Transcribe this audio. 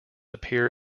appear